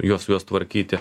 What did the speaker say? juos juos tvarkyti